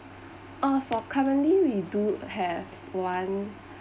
ah for currently we do have one